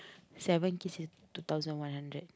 seven kiss it's two thousand one hundred